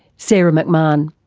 sarah mcmahon.